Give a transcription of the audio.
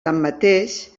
tanmateix